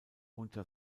unter